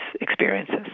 experiences